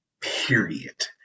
period